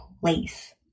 place